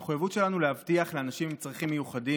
המחויבות שלנו היא להבטיח לאנשים עם צרכים מיוחדים